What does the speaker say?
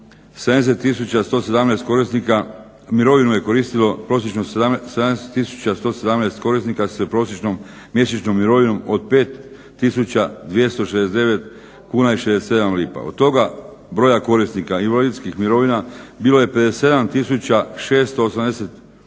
…/Govornik se ne razumije./… korisnika sa prosječnom mjesečnom mirovinom od 5269 kuna i 67 lipa. Od toga broja korisnika invalidskih mirovina bilo je 57682